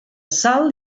sal